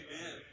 Amen